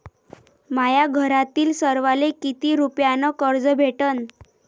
माह्या घरातील सर्वाले किती रुप्यान कर्ज भेटन?